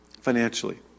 financially